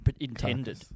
intended